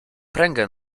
pręgę